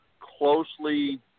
closely